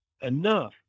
enough